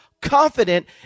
confident